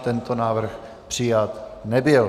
Tento návrh přijat nebyl.